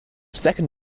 second